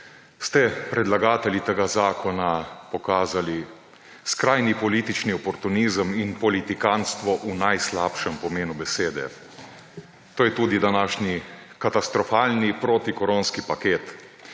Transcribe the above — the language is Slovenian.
ste predlagatelji tega zakona pokazali skrajni politično oportunizem in politikantstvo v najslabšem pomenu besede. To je tudi današnji katastrofalni protikoronski paket.